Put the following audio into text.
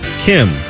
Kim